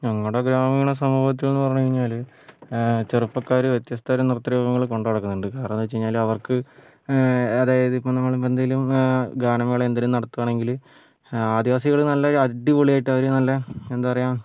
ഞങ്ങളുടെ ഗ്രാമീണ സമൂഹത്തിലെന്നു പറഞ്ഞു കഴിഞ്ഞാൽ ചെറുപ്പക്കാർ വ്യത്യസ്തതരം നൃത്തരൂപങ്ങൾ കൊണ്ടുനടക്കുന്നുണ്ട് കാരണം എന്നു വച്ചു കഴിഞ്ഞാൽ അവർക്ക് അതായത് ഇപ്പം നമ്മളിപ്പോൾ എന്തെങ്കിലും ഗാനമേള എന്തെങ്കിലും നടത്തുകയാണെങ്കിൽ ആദിവാസികൾ നല്ല അടിപൊളി ആയിട്ട് അവർ നല്ല എന്താ പറയുക